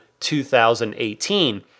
2018